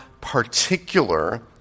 particular